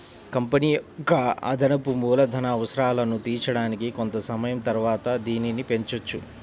company యొక్క అదనపు మూలధన అవసరాలను తీర్చడానికి కొంత సమయం తరువాత దీనిని పెంచొచ్చు